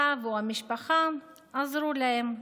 הרב או המשפחה עזרו להם,